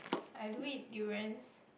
I do eat durians